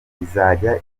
izajya